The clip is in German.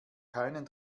keinen